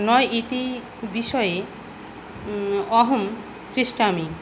न इति विषये अहं पृच्छामि